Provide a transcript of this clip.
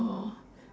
oh